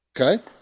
okay